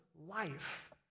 life